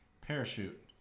Parachute